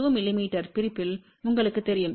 2 மிமீ பிரிப்பில் உங்களுக்குத் தெரியும்